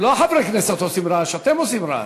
לא חברי כנסת עושים רעש, אתם עושים רעש.